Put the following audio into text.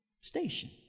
Station